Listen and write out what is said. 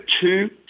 two